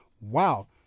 wow